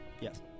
Yes